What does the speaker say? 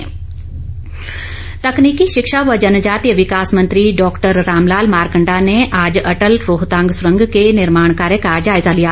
मारकंडा तकनीकी शिक्षा व जनजातीय विकास मंत्री डॉक्टर रामलाल मारकंडा ने आज अटल रोहतांग सुरंग के निर्माण कार्य का जायजा लिया